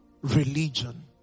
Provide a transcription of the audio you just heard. religion